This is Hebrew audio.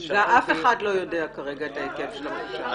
אז שאלתי --- אף אחד לא יודע כרגע את ההיקף של הבקשה.